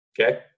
okay